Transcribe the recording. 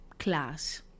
class